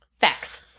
Facts